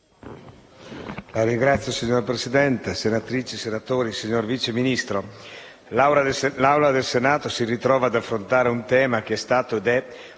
Signor Presidente, senatrici e senatori, signor Vice Ministro, l'Assemblea del Senato si ritrova ad affrontare un tema che è stato ed è